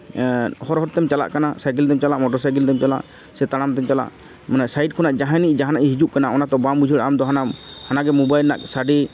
ᱮᱸ ᱦᱚᱨ ᱦᱚᱨ ᱛᱮᱢ ᱪᱟᱞᱟᱜ ᱠᱟᱱᱟ ᱥᱟᱭᱠᱮᱞ ᱛᱮᱢ ᱪᱟᱞᱟᱜ ᱢᱚᱴᱚᱨ ᱥᱟᱭᱠᱮᱞ ᱛᱮᱢ ᱪᱟᱞᱟᱜ ᱥᱮ ᱛᱟᱲᱟᱢ ᱛᱮᱢ ᱪᱟᱞᱟᱜ ᱢᱟᱱᱮ ᱥᱟᱭᱤᱰ ᱠᱷᱚᱱᱟᱜ ᱡᱟᱦᱟᱱᱤᱡ ᱡᱟᱦᱟᱱᱤᱡ ᱦᱤᱡᱩᱜ ᱠᱟᱱᱟ ᱚᱱᱟ ᱛᱚ ᱵᱟᱢ ᱵᱩᱡᱷᱟᱹᱣᱟ ᱟᱢᱫᱚ ᱦᱟᱱᱟ ᱦᱮ ᱢᱳᱵᱟᱭᱤᱞ ᱨᱮᱱᱟᱜ ᱥᱟᱰᱮ